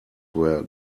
were